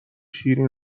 شیرین